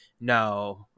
No